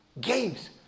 games